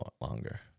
longer